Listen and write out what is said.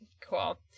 cool